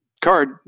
Card